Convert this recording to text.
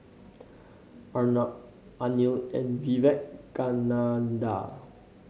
Arnab Anil and Vivekananda